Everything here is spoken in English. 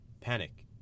Panic